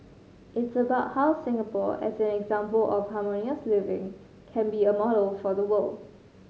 it's about how Singapore as an example of harmonious living can be a model for the world